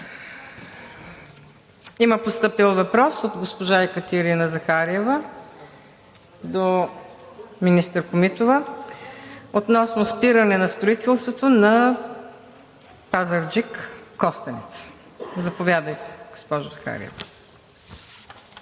Има постъпил въпрос от госпожа Екатерина Захариева до министър Комитова относно спиране строителството на пътя Пазарджик – Костенец. Заповядайте, госпожо Захариева.